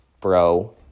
bro